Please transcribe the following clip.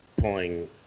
pulling